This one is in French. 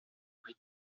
été